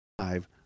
five